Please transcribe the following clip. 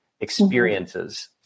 experiences